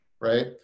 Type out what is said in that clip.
right